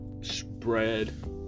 spread